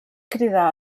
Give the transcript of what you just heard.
cridar